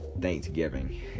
Thanksgiving